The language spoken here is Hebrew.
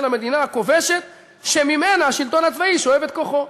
המדינה הכובשת שממנה השלטון הצבאי שואב את כוחו".